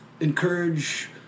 encourage